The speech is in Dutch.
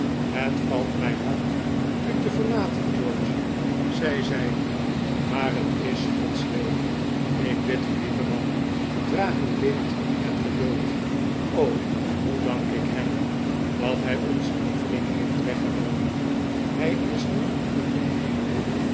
het valt mij hard u te verlaten george zei zij maar het is gods wil ik bid u iieve man draag uw leed met geduld o hoe dank ik hem dat hij onzen lieveling heeft weggenomen hij is nu in den hemel